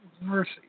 mercy